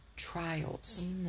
Trials